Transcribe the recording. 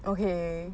okay